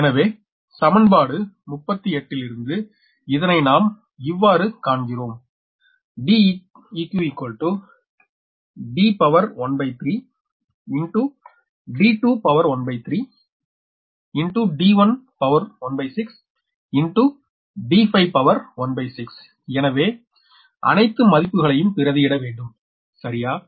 எனவே சமன்பாடு 38 லிருந்து இதனை நாம் இவ்வாறு காண்கிறோம் Deq 𝐷13𝑑213𝑑116𝑑5⅙ எனவே அணைத்து மதிப்புகளையும் பிரதியிட வேண்டும் சரியா